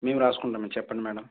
మేము రాసుకుంటాం చెప్పండి మ్యాడమ్